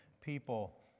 people